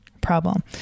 problem